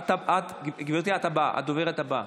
האם הדבר הזה אפשרי?